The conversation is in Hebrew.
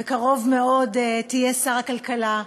בקרוב מאוד תהיה שר הכלכלה,